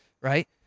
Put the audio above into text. right